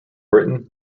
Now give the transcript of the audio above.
britain